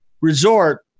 resort